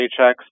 paychecks